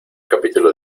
capítulo